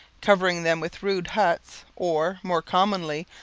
covering them with rude huts, or, more commonly,